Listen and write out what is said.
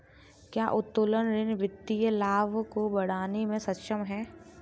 क्या उत्तोलन ऋण वित्तीय लाभ को बढ़ाने में सक्षम है?